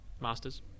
Masters